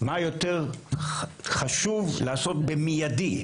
מה יותר חשוב לעשות במיידי.